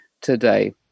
today